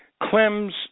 Clem's